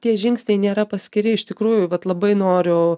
tie žingsniai nėra paskiri iš tikrųjų vat labai noriu